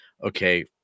Okay